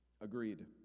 Agreed